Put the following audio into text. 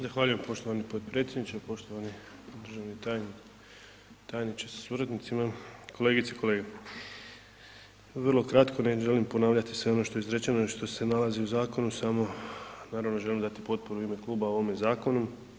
Zahvaljujem poštovani potpredsjedniče, poštovani državni tajniče sa suradnicima, kolegice i kolege, vrlo kratko ne želim ponavljati sve ono što je izrečeno i što se nalazi u zakonu samo naravno želim dati potporu u ime kluba ovome zakonu.